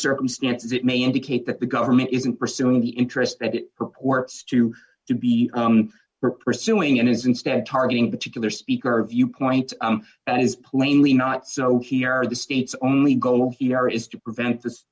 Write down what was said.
circumstances it may indicate that the government isn't pursuing the interest that it purports to to be pursuing and is instead targeting particular speaker viewpoints as plainly not so here are the states only goal here is to prevent this